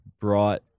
brought